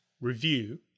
review